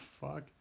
fuck